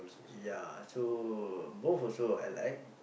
ya so both also I like